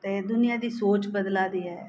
ते दूनियां दी सोच बदला दी ऐ